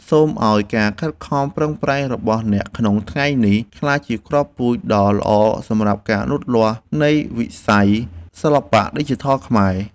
សូមឱ្យការខិតខំប្រឹងប្រែងរបស់អ្នកក្នុងថ្ងៃនេះក្លាយជាគ្រាប់ពូជដ៏ល្អសម្រាប់ការរីកលូតលាស់នៃវិស័យសិល្បៈឌីជីថលខ្មែរ។